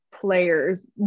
players